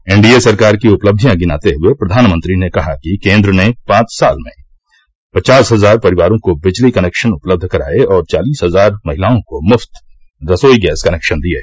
N D A सरकार की उपलब्धियां गिनाते हुए प्रधानमंत्री ने कहा कि केन्द्र ने पांच साल में पचास हजार परिवारों को बिजली कनेक्शन उपलब्ध कराये और चालीस हजार महिलाओं को मुफ्त रसोई गैस कनेक्शन दिये